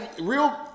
real